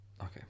okay